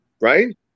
Right